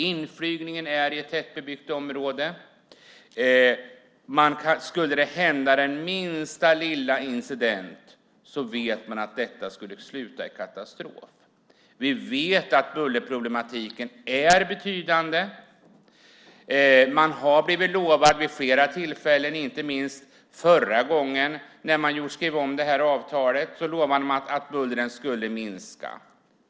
Inflygningen ligger i ett tättbebyggt område. Om det hände den minsta lilla incident vet vi att det skulle sluta i katastrof. Vi vet att bullerproblematiken är betydande. Man har vid flera tillfällen blivit lovad, inte minst förra gången avtalet skrevs om, att bullret skulle minska.